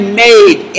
made